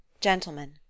Gentlemen